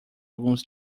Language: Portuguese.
alguns